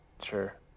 sure